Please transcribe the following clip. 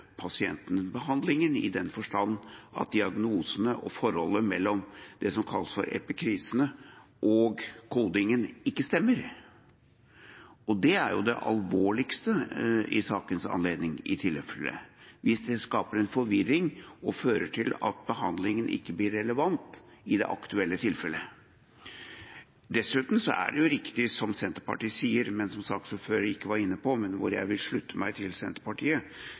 pasientbehandlingen, i den forstand at diagnosene og forholdet mellom det som kalles for epikrisene, og kodingen ikke stemmer. Det er i så tilfelle det alvorligste i sakens anledning: hvis det skaper forvirring og fører til at behandlingen ikke blir relevant i det aktuelle tilfellet. Dessuten er det riktig, som Senterpartiet sier, men som saksordføreren ikke var inne på, men hvor jeg vil slutte meg til Senterpartiet,